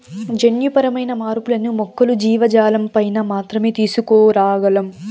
జన్యుపరమైన మార్పులను మొక్కలు, జీవజాలంపైన మాత్రమే తీసుకురాగలం